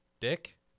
dick